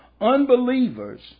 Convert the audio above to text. Unbelievers